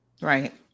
Right